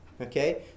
okay